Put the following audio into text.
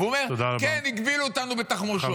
הוא אומר: כן, הגבילו אותנו בתחמושת.